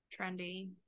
Trendy